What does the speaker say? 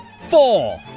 four